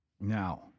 Now